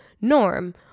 norm